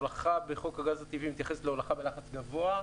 הולכה בחוק הגז הטבעי מתייחסת להולכה בלחץ גבוה,